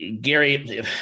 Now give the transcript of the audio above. Gary